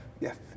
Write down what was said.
yes